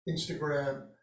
Instagram